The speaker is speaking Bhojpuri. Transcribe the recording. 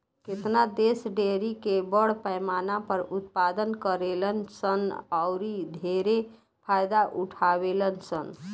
केतना देश डेयरी के बड़ पैमाना पर उत्पादन करेलन सन औरि ढेरे फायदा उठावेलन सन